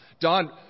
Don